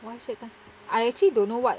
why I actually don't know what